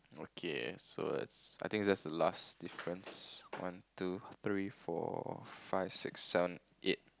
okay so let's I think that's the last difference one two three four five six seven eight